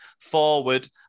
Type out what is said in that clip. forward